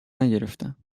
نگرفتم